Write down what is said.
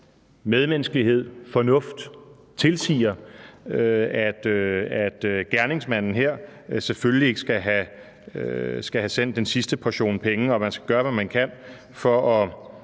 medmenneskelighed og fornuft tilsiger, at gerningsmanden her selvfølgelig ikke skal have sendt den sidste portion penge, og man skal gøre, hvad man kan, for at